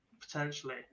Potentially